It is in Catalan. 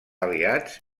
aliats